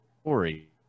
story